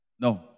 No